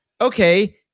okay